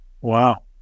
Wow